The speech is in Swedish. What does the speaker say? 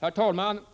Herr talman!